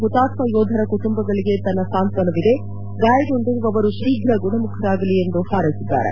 ಹುತಾತ್ಮ ಯೋಧರ ಕುಟುಂಬಗಳಿಗೆ ತನ್ನ ಸಾಂತ್ವಾನವಿದೆ ಗಾಯಗೊಂಡಿರುವವರು ಶೀಘ ಗುಣಮುಖರಾಗಲಿ ಎಂದು ಹೇಳಿದ್ದಾರೆ